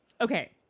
okay